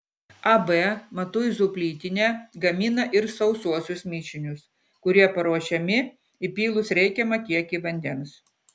ab matuizų plytinė gamina ir sausuosius mišinius kurie paruošiami įpylus reikiamą kiekį vandens